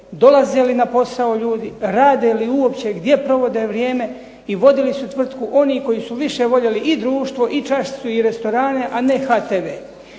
dolaze li na posao ljudi, rade li uopće, gdje provode vrijeme i vodili su tvrtku oni koji su više voljeli i društvo i čašicu i restorane, a ne HTV.